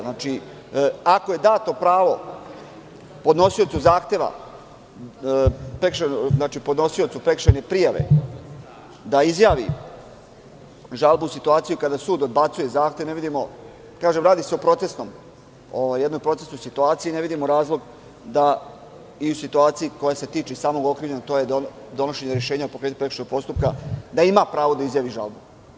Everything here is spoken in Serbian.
Znači, ako je dato pravo podnosiocu zahteva, podnosiocu prekršajne prijave da izjavi žalbu u situaciji kada sud odbacuje zahtev, radi se o jednoj procesnoj situaciji, ne vidimo razlog da i u situaciji koja se tiče samog okrivljenog, a to je da donošenje rešenja o pokretanju prekršajnog postupka, da ima pravo da izjavi žalbu.